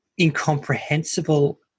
incomprehensible